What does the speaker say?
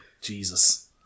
Jesus